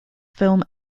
film